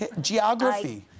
geography